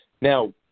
Now